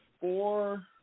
four